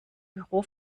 büro